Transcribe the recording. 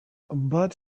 but